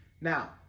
Now